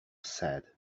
said